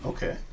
Okay